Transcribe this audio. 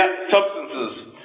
substances